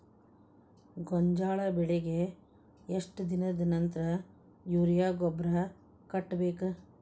ಗೋಂಜಾಳ ಬೆಳೆಗೆ ಎಷ್ಟ್ ದಿನದ ನಂತರ ಯೂರಿಯಾ ಗೊಬ್ಬರ ಕಟ್ಟಬೇಕ?